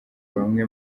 bamwe